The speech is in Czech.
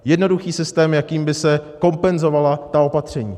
Jednoduchý systém, jakým by se kompenzovala ta opatření.